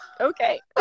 Okay